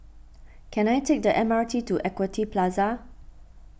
can I take the M R T to Equity Plaza